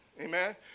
amen